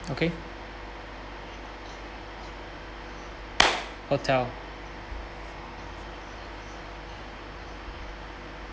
okay hotel